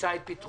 ימצא את פתרונו.